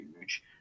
huge